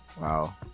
wow